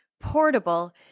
portable